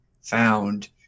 found